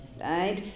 right